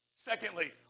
Secondly